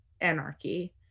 anarchy